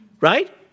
Right